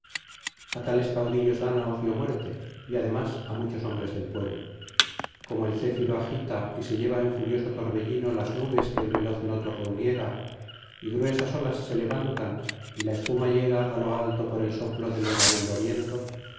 a tales caudillos dáñaos dio muerte y además á muchos hombres del pueblo como el céfiro agita y se lleva en furioso torbellino las nubes que el veloz noto reuniera y gruesas olas se levantan y la espuma llega alo alto por el soplo del errabundo viento